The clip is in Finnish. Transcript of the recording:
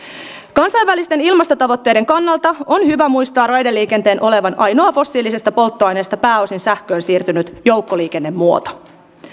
kansainvälisten ilmastotavoitteiden kannalta on hyvä muistaa raideliikenteen olevan ainoa fossiilisesta polttoaineesta pääosin sähköön siirtynyt joukkoliikennemuoto